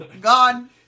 Gone